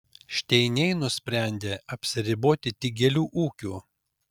šteiniai nusprendė apsiriboti tik gėlių ūkiu